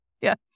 Yes